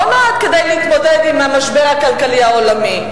לא נועד להתמודד עם המשבר הכלכלי העולמי,